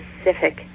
specific